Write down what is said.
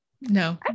no